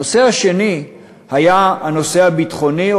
הנושא השני היה הנושא הביטחוני,